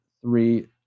three